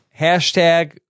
hashtag